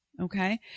okay